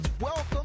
welcome